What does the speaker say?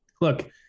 look